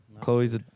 Chloe's